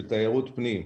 של תיירות פנים,